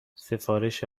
سفارش